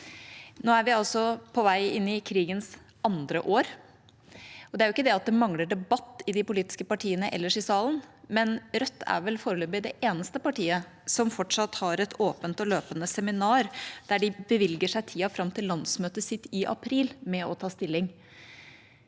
Nå er vi på vei inn i krigens andre år. Det mangler ikke debatt i de andre politiske partiene her i salen, men Rødt er vel foreløpig det eneste partiet som fortsatt har et åpent og løpende seminar, der de bevilger seg tida fram til landsmøtet sitt i april med å ta stilling.